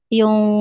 yung